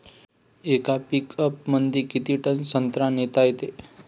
येका पिकअपमंदी किती टन संत्रा नेता येते?